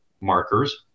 markers